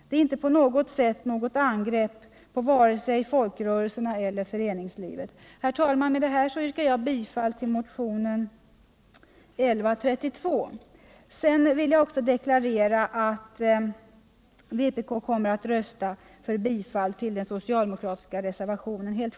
Det är inte på något sätt ett angrepp på varc sig folkrörelserna eller föreningslivet. Sedan vill jag också deklarera att vpk helt självklart kommer att rösta för bifall till den socialdemokratiska reservationen.